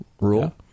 rule